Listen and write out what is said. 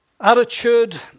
attitude